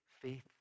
faith